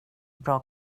bra